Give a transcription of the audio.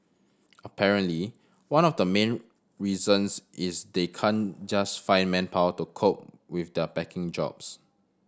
apparently one of the main reasons is they can't just find manpower to cope with their packing jobs